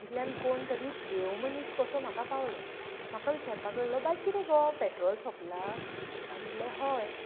इतल्यान कोण टरी देव मनीस कसो म्हाका पावलो म्हाका विचारपाक लागलो बाय कितें गो पॅट्रॉल सोंपलां हांव म्हटलें हॉय